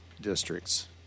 districts